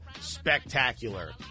spectacular